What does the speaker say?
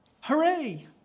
Hooray